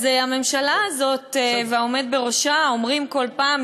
אז הממשלה הזאת והעומד בראשה אומרים כל פעם,